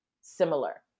similar